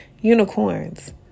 Unicorns